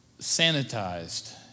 sanitized